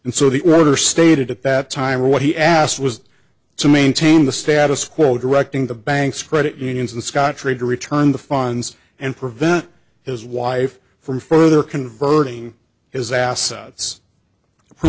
and so the order stated at that time or what he asked was to maintain the status quo directing the banks credit unions and scottrade to return the funds and prevent his wife from further converting his assets